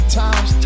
times